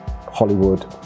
Hollywood